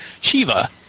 Shiva